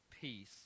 peace